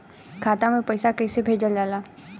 खाता में पैसा कैसे भेजल जाला?